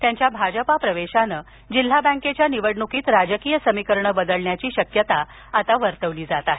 त्यांच्या भाजपा प्रवेशान जिल्हा बॅकेच्या निवडणूकीत राजकीय समीकरण बदलण्याची शक्यता वर्तवली जात आहे